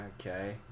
Okay